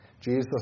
Jesus